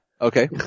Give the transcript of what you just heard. Okay